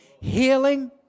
Healing